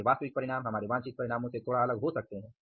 हम वांछित परिणामों से विचलित हो सकते हैं